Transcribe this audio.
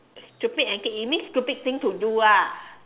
stupid antic you mean stupid thing to do ah